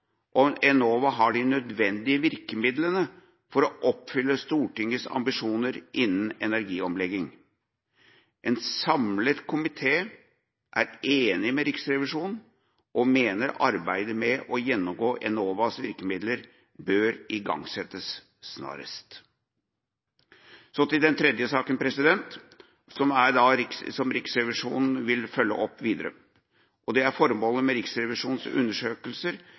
Enova har de nødvendige virkemidlene for å oppfylle Stortingets ambisjoner innenfor energiomlegging. En samlet komité er enig med Riksrevisjonen og mener arbeidet med å gjennomgå Enovas virkemidler bør igangsettes snarest. Så til den tredje saken som Riksrevisjonen vil følge opp videre. Formålet med Riksrevisjonens undersøkelser